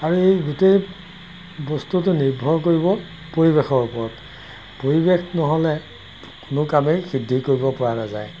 আৰু এই গোটেই বস্তুটো নিৰ্ভৰ কৰিব পৰিৱেশৰ ওপৰত পৰিৱেশ নহ'লে কোনো কামেই সিদ্ধি কৰিব পৰা নাযায়